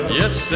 yes